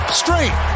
straight